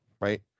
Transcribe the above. right